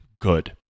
good